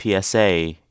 PSA